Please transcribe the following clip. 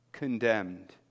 condemned